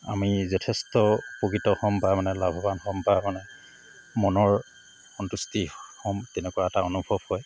আমি যথেষ্ট উপকৃত হ'ম বা মানে লাভৱান হ'ম বা মানে মনৰ সন্তুষ্টি হ'ম তেনেকুৱা এটা অনুভৱ হয়